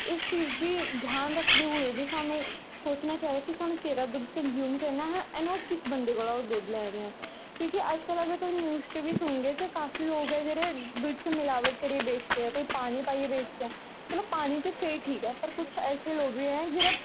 इस चीज़ गी ध्यान रखदे होई बी सानूं सोचना चाहिदा कि सानूं केह्ड़ा दुद्ध कनज्यूम करना ऐ हैन ऐंड किस बंदे कोला ओह् दुद्ध लै दे आं क्योंकि अज्जकल अगर तुस न्यूज़ च बी सुनगे ते काफी लोग ऐं जेह्ड़े बिच्च मलावट करियै बेचदे ऐं कोई पानी पाइयै बेचदे ऐ चलो पानी ते फिर ठीक ऐ पर कुछ लोग ऐसे बी ऐं